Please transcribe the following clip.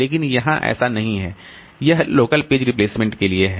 लेकिन यहां ऐसा नहीं है यह लोकल पेज रिप्लेसमेंट के लिए है